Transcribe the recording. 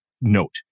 note